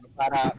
para